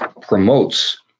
promotes